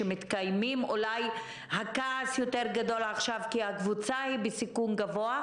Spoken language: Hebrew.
אולי הכעס יותר גדול עכשיו כי הקבוצה בסיכון גבוה,